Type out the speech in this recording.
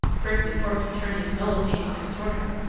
prickly porky turned his dull-looking eyes towards her,